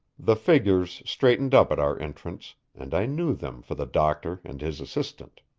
the figures straightened up at our entrance, and i knew them for the doctor and his assistant.